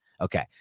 okay